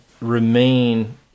remain